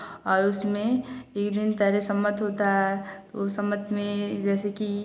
और उसमें एक दिन पहले सम्मत होता है तो सम्मत में जैसे की